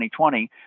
2020